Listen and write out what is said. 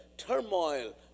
Turmoil